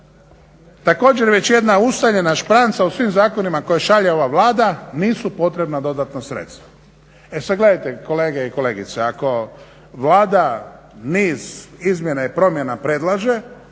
Također već jedna ustaljena špranca u svim zakonima koje šalje ova Vlada nisu potrebna dodatna sredstva. E sad gledajte kolege i kolegice, ako Vlada niz izmjena i promjena predlaže,